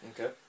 Okay